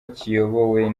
kiyobowe